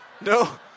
No